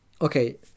okay